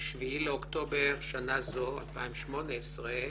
ב-7 לאוקטובר שנה זו, 2018,